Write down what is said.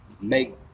Make